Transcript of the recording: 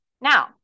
Now